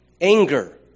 Anger